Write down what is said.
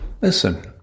listen